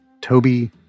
Toby